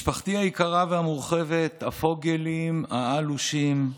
משפחתי היקרה והמורחבת הפוגלים, האלושים,